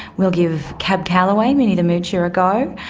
we'll give cab calloway minnie the moocher a go,